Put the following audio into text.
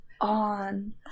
on